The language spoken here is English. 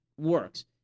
works